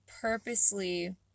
purposely